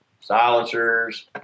Silencers